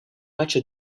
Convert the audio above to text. matchs